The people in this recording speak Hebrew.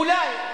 אולי,